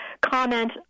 comment